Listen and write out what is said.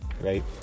right